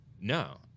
no